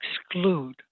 exclude